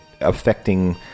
affecting